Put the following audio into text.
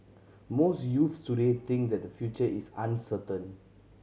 most youths today think that their future is uncertain